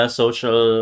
social